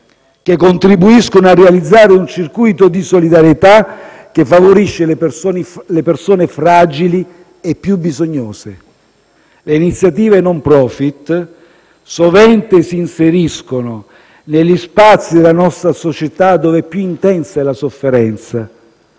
e contribuiscono a realizzare un circuito di solidarietà che favorisce le persone fragili e più bisognose. Le iniziative *no profit* sovente si inseriscono negli spazi della nostra società dove più intensa è la sofferenza,